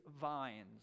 vines